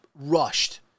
rushed